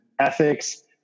ethics